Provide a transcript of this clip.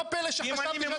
לא פלא שחשבתי --- קרעי,